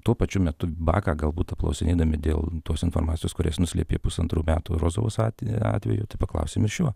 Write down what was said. tuo pačiu metu baką galbūt apklausinėdami dėl tos informacijos kurias jis nuslėpė pusantrų metų rozovos ati atveju tai paklausim ir šiuo